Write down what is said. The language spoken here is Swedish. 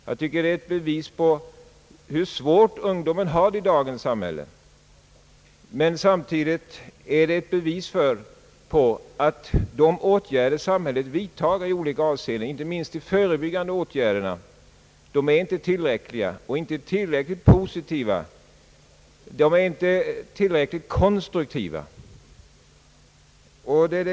Jag tycker det är ett bevis på hur svårt ungdomen har det i dagens samhälle. Samtidigt är det ett bevis på att de åtgärder samhället vidtager i olika avseenden, inte minst de föreliggande åtgärderna, inte är tillräckliga och inte tillräckligt positiva och konstruktiva.